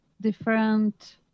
different